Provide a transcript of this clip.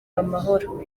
amahoro